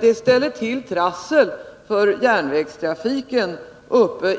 Det ställer till trassel för järnvägstrafiken